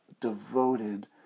devoted